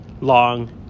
long